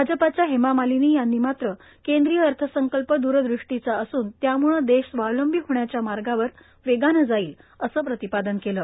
भाजपच्या हेमा मालिनी यांनी मात्र केंद्रीय अर्थसंकल्प रदृष्टीचा असून यामुळे श स्वावलंबी होण्याच्या मार्गावर वेगानं जाईल असं प्रतिपा न केलं